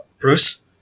Bruce